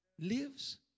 Lives